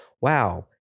wow